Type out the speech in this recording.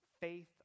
faith